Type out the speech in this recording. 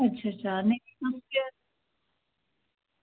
अच्छा अच्छा नेईं तां